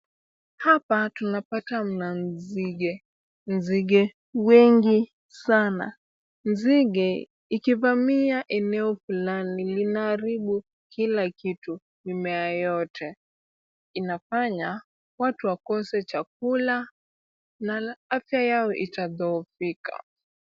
Hapa tunapata mna nzige, nzige wengi sana. Nzige ikivamia eneo fulani linaharibu kila kitu, mimea yote. Inafanya watu wakose chakula na afya yao itadhoofika.